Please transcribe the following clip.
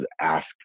ask